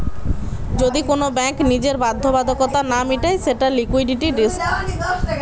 যদি কোন ব্যাঙ্ক নিজের বাধ্যবাধকতা না মিটায় সেটা লিকুইডিটি রিস্ক